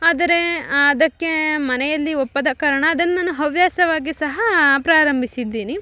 ಆದರೆ ಅದಕ್ಕೆ ಮನೆಯಲ್ಲಿ ಒಪ್ಪದ ಕಾರಣ ಅದನ್ನ ನಾನು ಹವಾಸ್ಯವಾಗಿ ಸಹ ಪ್ರಾರಂಭಿಸಿದ್ದೀನಿ